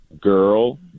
Girl